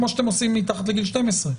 כמו שאתם עושים מתחת לגיל 12,